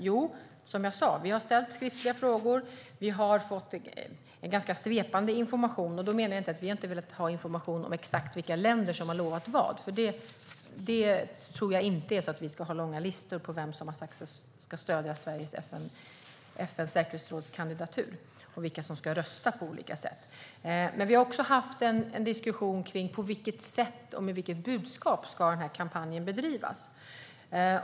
Jo, som jag sa har vi ställt skriftliga frågor och fått ganska svepande information. Vi har inte velat ha information om exakt vilka länder som har lovat vad, för jag tror inte att vi ska ha långa listor över vilka länder som har sagt att de ska stödja vår kandidatur till FN:s säkerhetsråd och vilka som ska rösta på olika sätt. Vi har också haft en diskussion om på vilket sätt och med vilket budskap denna kampanj ska bedrivas.